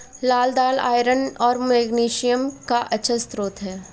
लाल दालआयरन और मैग्नीशियम का अच्छा स्रोत है